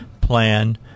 plan